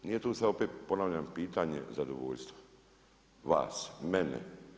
Nije tu, sad opet ponavljam pitanje zadovoljstva vas, mene.